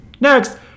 Next